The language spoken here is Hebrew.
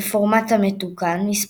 משחקים,